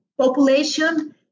population